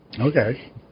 Okay